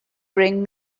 bring